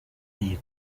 iyi